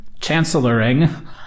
chancelloring